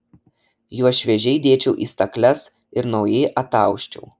juos šviežiai dėčiau į stakles ir naujai atausčiau